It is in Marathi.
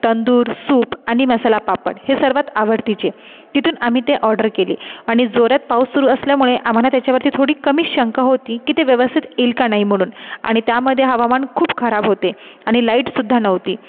तंदूर सूप आणि मसाला पापड हे सर्वात आवडतीचे तिथून आम्ही ते ऑर्डर केले आणि जोरात पाऊस सुरु असल्यामुळे आम्हाला त्याच्यावरती थोडी कमीच शंका होती की ते व्यवस्थित येईल का नाही म्हणून आणि त्यामध्ये हवामान खूप खराब होते आणि लाईटसुद्धा नव्हती